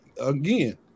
again